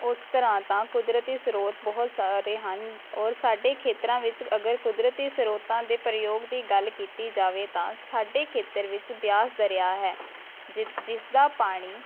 ਉਸ ਤਰ੍ਹਾਂ ਤਾਂ ਕੁਦਰਤੀ ਸਰੋਤ ਬਹੁਤ ਸਾਰੇ ਹਨ ਔਰ ਸਾਡੇ ਖੇਤਰਾਂ ਵਿੱਚ ਅਗਰ ਕੁਦਰਤੀ ਸਰੋਤਾਂ ਦੇ ਪ੍ਰਯੋਗ ਦੀ ਗੱਲ ਕੀਤੀ ਜਾਵੇ ਤਾਂ ਸਾਡੇ ਖੇਤਰ ਵਿੱਚ ਬਿਆਸ ਦਰਿਆ ਹੈ ਜਿ ਜਿਸ ਦਾ ਪਾਣੀ